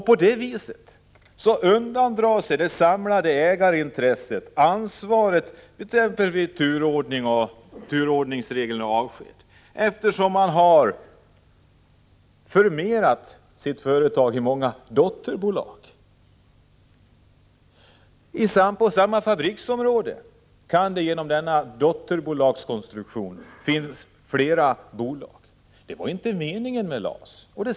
På det viset undandrar sig det samlade ägarintresset ansvaret t.ex. när det gäller turordningsreglerna vid avsked — eftersom man har delat upp sitt företag i många små dotterbolag. Genom denna konstruktion med dotterbolag kan det finnas flera bolag på samma fabriksområde.